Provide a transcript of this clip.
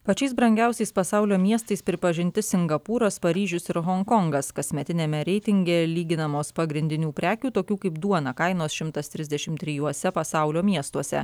pačiais brangiausiais pasaulio miestais pripažinti singapūras paryžius ir honkongas kasmetiniame reitinge lyginamos pagrindinių prekių tokių kaip duona kainos šimtas trisdešimt trijuose pasaulio miestuose